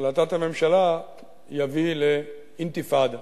החלטת הממשלה יביא לאינתיפאדה.